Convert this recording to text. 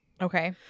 Okay